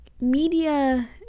media